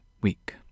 week